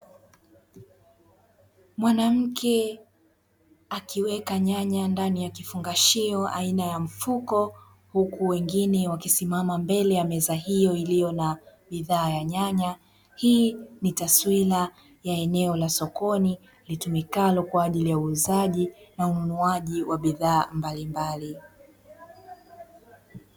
Mwanamke akiweka nyanya ndani ya kifungashio aina ya mfuko; huku wengine wakisimama mbele ya meza hiyo iliyo na bidhaa ya nyanya, hii ni taswira ya eneo la sokoni litumikalo kwaajili ya uuzaji na ununuaji wa bidhaa mbalimbali.